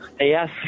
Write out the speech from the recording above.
Yes